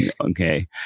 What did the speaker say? okay